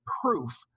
proof